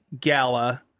gala